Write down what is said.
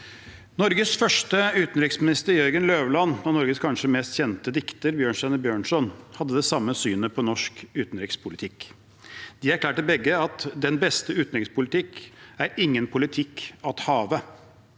Norges første utenriksminister, Jørgen Løvland, og Norges kanskje mest kjente dikter, Bjørnstjerne Bjørnson, hadde det samme synet på norsk utenrikspolitikk. De erklærte begge at «den beste utenrikspolitikk er ingen politikk at have».